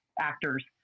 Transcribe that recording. actors